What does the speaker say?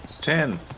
Ten